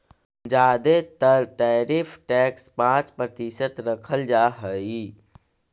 जादे तर tariff tax पाँच प्रतिशत रखल जा हई